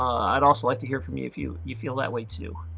um i'd also like to hear from you if you you feel that way too.